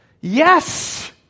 yes